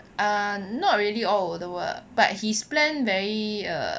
uh not really all over the world but his plan very uh